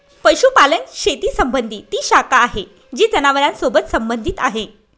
पशुपालन शेती संबंधी ती शाखा आहे जी जनावरांसोबत संबंधित आहे